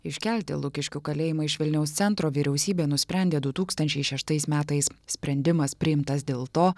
iškelti lukiškių kalėjimą iš vilniaus centro vyriausybė nusprendė du tūkstančiai šeštais metais sprendimas priimtas dėl to